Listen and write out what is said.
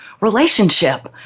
relationship